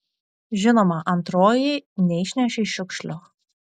žinoma antroji neišnešei šiukšlių